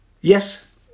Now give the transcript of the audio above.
Yes